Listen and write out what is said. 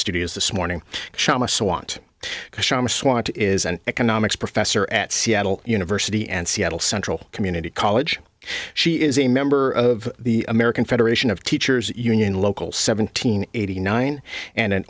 studios this morning want to swap is an economics professor at seattle university and seattle central community college she is a member of the american federation of teachers union local seventeen eighty nine and an